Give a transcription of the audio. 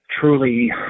truly